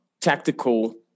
tactical